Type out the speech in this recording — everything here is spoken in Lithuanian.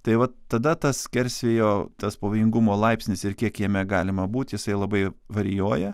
tai vat tada tas skersvėjo tas pavojingumo laipsnis ir kiek jame galima būti jisai labai varijuoja